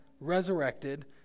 resurrected